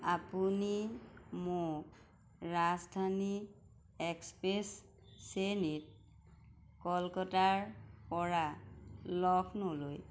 আপুনি মোক ৰাজধানী এক্সপ্ৰেছ শ্ৰেণীত কলকতাৰপৰা লক্ষ্ণৌলৈ